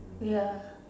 ya